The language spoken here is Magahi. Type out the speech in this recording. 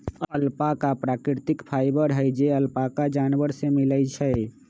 अल्पाका प्राकृतिक फाइबर हई जे अल्पाका जानवर से मिलय छइ